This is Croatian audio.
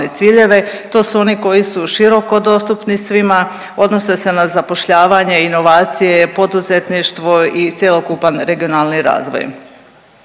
To su oni koji su u široko dostupni svima, odnose se na zapošljavanje, inovacije, poduzetništvo i cjelokupan regionalni razvoj.